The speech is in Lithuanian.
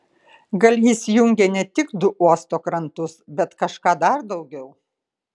gal jis jungė ne tik du uosto krantus bet kažką dar daugiau